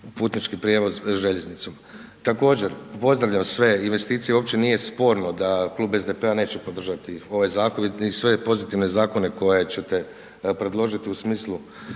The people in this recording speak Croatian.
putnički prijevoz željeznicom. Također, pozdravljam sve investicije, uopće nije sporno da klub SDP-a neće podržati ovaj zakon i sve pozitivne zakone koje ćete predložiti u smislu